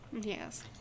Yes